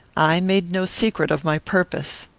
i made no secret of my purpose.